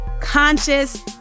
conscious